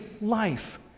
life